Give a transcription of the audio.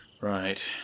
Right